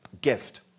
gift